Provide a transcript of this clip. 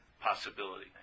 possibility